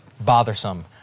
bothersome